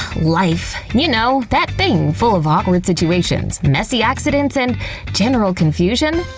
life. you know, that thing full of awkward situations, messy accidents, and general confusion?